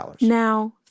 Now